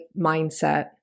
mindset